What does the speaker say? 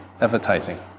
advertising